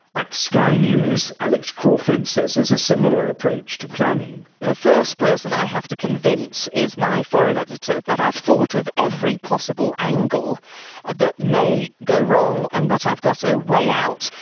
at sky news, alex crawford says there's a similar approach to planning. the first person i have to convince is my foreign editor that i've thought of every possible angle that may go wrong and that i've got a way out.